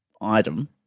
item